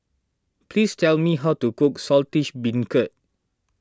please tell me how to cook Saltish Beancurd